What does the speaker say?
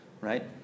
right